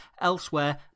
elsewhere